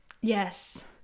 yes